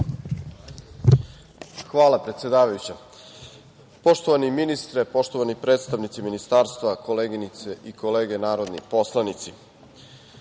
Hvala, predsedavajuća. Poštovani ministre, poštovani predstavnici ministarstva, koleginice i kolege narodni poslanici,